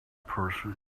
person